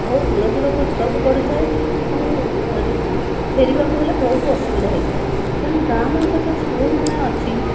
ବହୁତ ଦୂର ଦୂରକୁ ଯିବାକୁ ପଡ଼ିଥାଏ ଏବଂ ଫେରିବାକୁ ହେଲେ ବହୁତ ଅସୁବିଧା ହୋଇଥାଏ ତେଣୁ ଗାଁମାନଙ୍କରେ ଯେଉଁ ସ୍କୁଲ୍ ମାନେ ଅଛି